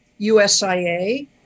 USIA